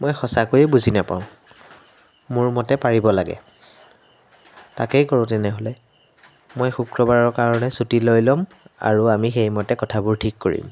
মই সঁচাকৈ বুজি নাপাওঁ মোৰ মতে পাৰিব লাগে তাকেই কৰোঁ তেনেহ'লে মই শুক্ৰবাৰৰ কাৰণে ছুটী লৈ ল'ম আৰু আমি সেইমতে কথাবোৰ ঠিক কৰিম